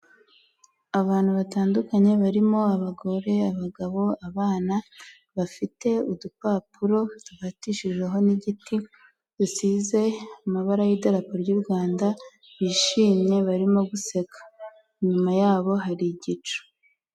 Abantu batandukanye barimo abagore, abagabo, abana, bafite udupapuro dufatishijeho n'igiti, dusize amabara y'idarapo ry'Urwanda, bishimye barimo guseka, nyuma yabo hari igicu.